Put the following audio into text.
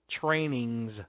trainings